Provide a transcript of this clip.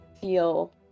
feel